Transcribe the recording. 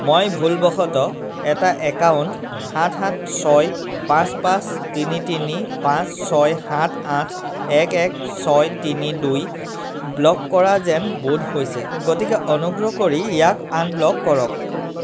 মই ভুলবশতঃ এটা একাউণ্ট সাত সাত ছয় পাঁচ পাঁচ তিনি তিনি পাঁচ ছয় সাত আঠ এক এক ছয় তিনি দুই ব্লক কৰা যেন বোধ হৈছে গতিকে অনুগ্ৰহ কৰি ইয়াক আনব্লক কৰক